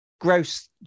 gross